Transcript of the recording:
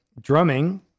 drumming